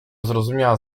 zrozumiała